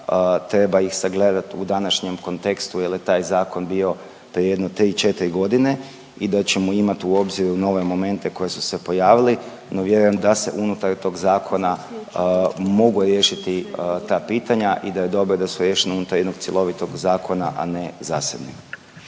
treba ih sagledat u današnjem kontekstu jer je taj zakon bio prije jedno 3, 4 godine i da ćemo imat u obziru nove momente koji su se pojavili no vjerujem da se unutar tog zakona mogu riješiti ta pitanja i da je dobro da su riješena unutar jednog cjelovitog zakona, a ne zasebnim.